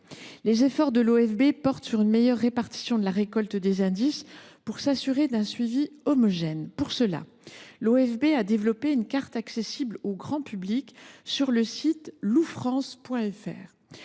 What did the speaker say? les efforts de l’OFB portent sur une meilleure répartition de la collecte des indices afin d’assurer un suivi homogène. Pour cela, l’Office a développé une carte accessible au grand public sur le site. Vous